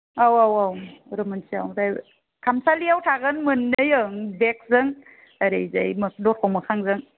औ औ औ रुम मोनसेयाव ओमफ्राय खामसालियाव थागोन मोन्नै ओं गेतजों ओरैजाय दरखं मोखांजों